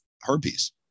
herpes